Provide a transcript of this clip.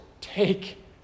take